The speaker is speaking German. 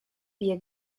bier